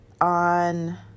on